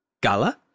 Gala